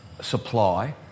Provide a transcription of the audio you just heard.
supply